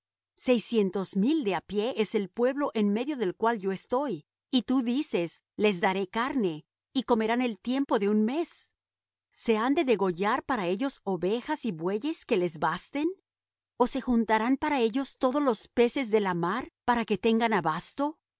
seiscientos mil de á pie es el pueblo en medio del cual yo estoy y tú dices les daré carne y comerán el tiempo de un mes se han de degollar para ellos ovejas y bueyes que les basten ó se juntarán para ellos todos los peces de la mar para que tengan abasto